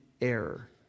error